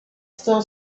still